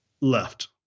Left